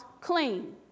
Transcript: clean